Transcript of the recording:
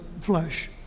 flesh